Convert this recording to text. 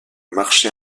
marché